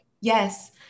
Yes